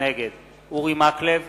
נגד אורי מקלב,